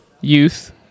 Youth